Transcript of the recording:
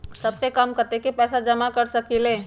सबसे कम कतेक पैसा जमा कर सकेल?